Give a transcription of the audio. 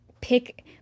pick